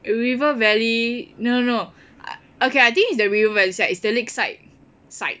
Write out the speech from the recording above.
River Valley no no okay I think it's the River Valley side it's the Lakeside side